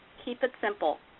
keep it simple.